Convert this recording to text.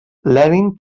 lenin